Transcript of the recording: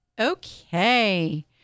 Okay